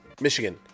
Michigan